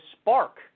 spark